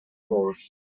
force